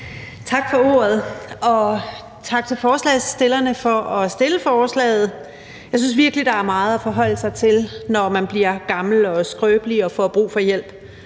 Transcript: Tak for ordet. Og tak til forslagsstillerne for at fremsætte forslaget. Jeg synes virkelig, der er meget at forholde sig til, når man bliver gammel og skrøbelig og får brug for hjælp.